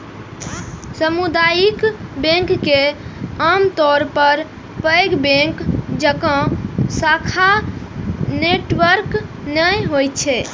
सामुदायिक बैंक के आमतौर पर पैघ बैंक जकां शाखा नेटवर्क नै होइ छै